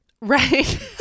Right